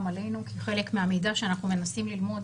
עלינו כי חלק מהמידע שאנחנו מנסים ללמוד,